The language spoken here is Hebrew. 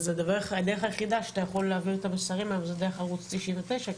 הדרך היחידה שאתה יכול להעביר את המסרים היום זה דרך ערוץ 99,